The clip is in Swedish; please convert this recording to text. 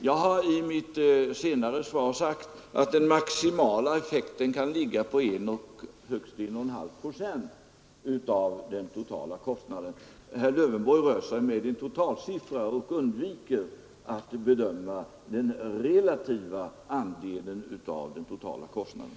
Jag har i mitt senare svar sagt att den totala effekten kan ligga på en eller högst en och en halv procent av den totala kostnaden. Herr Lövenborg rör sig med en totalsiffra och undviker att bedöma den relativa andelen av kostnaden.